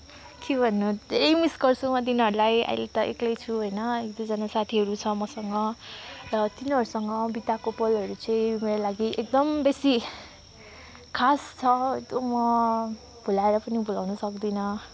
के भन्नु धेरै मिस गर्छु म तिनीहरूलाई अहिले त एक्लै छु होइन एक दुईजना साथीहरू छ मसँग र तिनीहरूसँग बिताएको पलहरू चाहिँ मेरो लागि एकदम बेसी खास छ एकदम म भुलाएर पनि भुलाउन सक्दिनँ